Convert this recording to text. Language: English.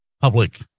public